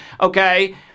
okay